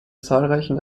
zahlreichen